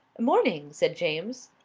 morning, said james.